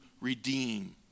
redeem